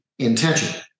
intention